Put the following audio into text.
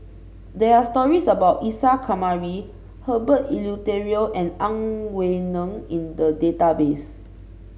there are stories about Isa Kamari Herbert Eleuterio and Ang Wei Neng in the database